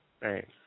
Right